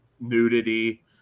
nudity